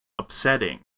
upsetting